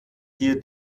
hier